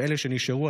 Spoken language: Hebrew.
ואלה שנשארו,